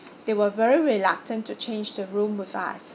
they were very reluctant to change the room with us